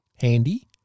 Handy